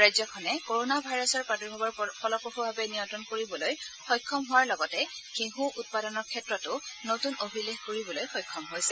ৰাজ্যখনে কৰণা ভাইৰাছৰ প্ৰাদুৰ্ভাৱ ফলপ্ৰসূভাৱে নিয়ন্ত্ৰণ কৰিবলৈ সক্ষম হোৱাৰ লগতে ঘেহু উৎপাদনৰ ক্ষেত্ৰতো নতুন অভিলেখ গঢ়িবলৈ সক্ষম হৈছে